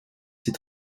ses